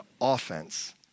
offense